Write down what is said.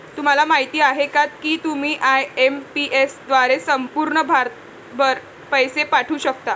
तुम्हाला माहिती आहे का की तुम्ही आय.एम.पी.एस द्वारे संपूर्ण भारतभर पैसे पाठवू शकता